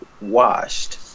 washed